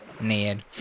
Ned